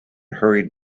hurried